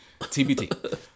TBT